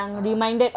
(uh huh)